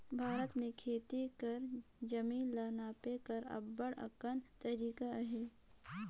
भारत में खेती कर जमीन ल नापे कर अब्बड़ अकन तरीका अहे